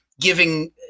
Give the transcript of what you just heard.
giving